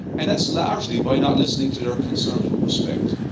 and that's largely by not listening to their concerns with respect.